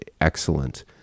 excellent